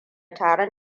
taron